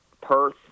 Perth